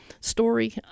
story